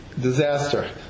disaster